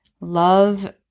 Love